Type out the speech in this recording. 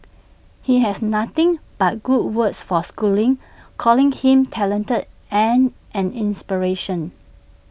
he has nothing but good words for schooling calling him talented and an inspiration